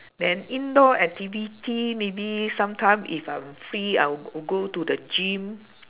then indoor activity maybe sometime if I'm free I will g~ go to the gym